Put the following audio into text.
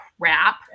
crap